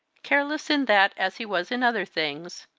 careless in that, as he was in other things,